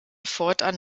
fortan